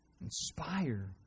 Inspire